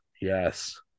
Yes